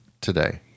today